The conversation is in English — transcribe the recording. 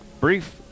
Brief